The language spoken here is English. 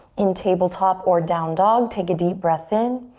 in tabletop or down dog, take a deep breath in.